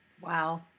Wow